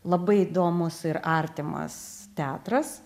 labai įdomus ir artimas teatras